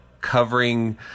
covering